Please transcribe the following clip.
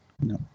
no